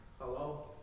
hello